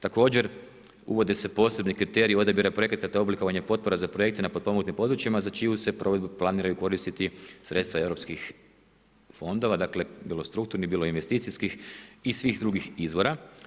Također, uvode se posebni kriteriji odabira projekata, te oblikovanje potpora na projekte na potpomognutim područjima za čiju se provedbu planiraju koristiti sredstva europskih fondova, dakle bilo strukturnih, bilo investicijskih i svih drugih izvora.